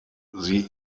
sie